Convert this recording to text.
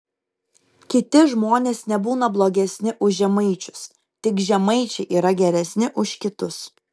kiti žmonės nebūna blogesni už žemaičius tik žemaičiai yra geresni už kitus